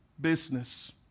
business